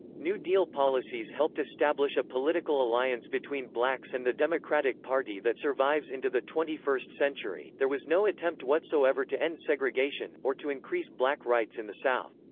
new deal policies helped establish a political alliance between blacks and the democratic party that survives into the twenty first century there was no attempt whatsoever to end segregation, or to increase black rights in the south.